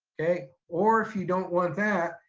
okay, or if you don't want that,